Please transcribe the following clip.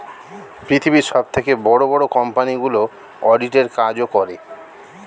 পৃথিবীর সবথেকে বড় বড় কোম্পানিগুলো অডিট এর কাজও করে